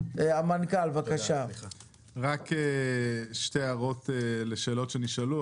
רק שתי הערות לשאלות שנשאלו.